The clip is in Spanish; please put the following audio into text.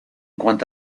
cuanto